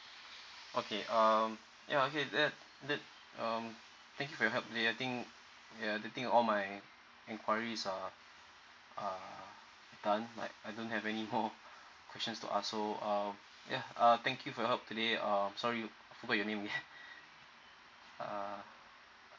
okay um ya okay that that um thank you help that I think ya getting all my en~ enquiries are are done like I don't have any more questions to ask so um yeah uh thank you for your help today um sorry I forgot your name again uh